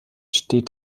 steht